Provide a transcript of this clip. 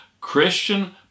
Christian